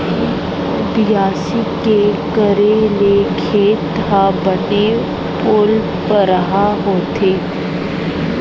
बियासी के करे ले खेत ह बने पोलपरहा होथे